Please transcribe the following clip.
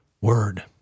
word